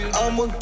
I'ma